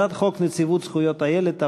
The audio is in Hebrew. הצעת חוק נציבות זכויות הילד,